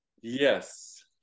Yes